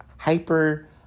hyper